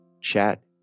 Chat